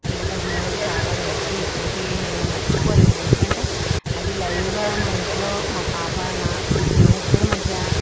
నాకు ఆ సినిమా అంటే చాలా నచ్చి ఇప్పటికి నేను మర్చిపోలేను ఎందుకంటే అది లైవ్గా మా ఇంట్లో మా పాప నా మా ఇద్దరి మధ్య